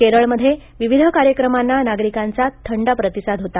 केरळमध्ये विविध कार्यक्रमांना नागिरकांचा थंडा प्रतिसाद मिळाला